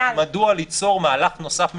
מדוע ליצור מהלך נוסף מיותר,